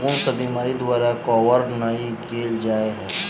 कुन सब बीमारि द्वारा कवर नहि केल जाय है?